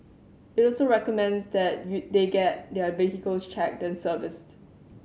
it also recommends that you they get their vehicles checked and serviced